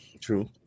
True